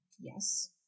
Yes